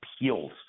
Appeals